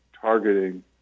targeting